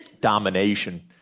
domination